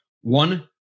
one